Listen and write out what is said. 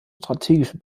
strategische